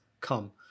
come